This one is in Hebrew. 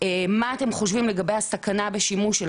מה אתם חושבים לגבי הסכנה בשימוש של